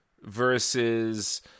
versus